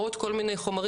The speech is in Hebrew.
או עוד כל מיני חומרים,